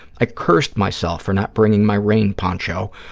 i cursed myself for not bringing my rain poncho,